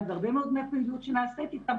והרבה מאוד מהפעילות שנעשית איתם,